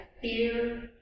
fear